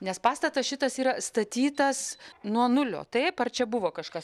nes pastatas šitas yra statytas nuo nulio taip ar čia buvo kažkas